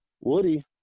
Woody